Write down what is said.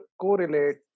correlate